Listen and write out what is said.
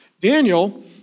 Daniel